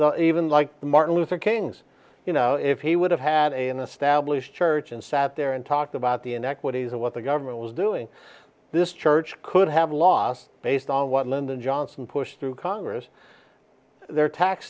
forefront even like martin luther king's you know if he would have had an established church and sat there and talked about the inequities of what the government was doing this church could have lost based on what lyndon johnson pushed through congress their tax